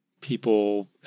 people